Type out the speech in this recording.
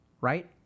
right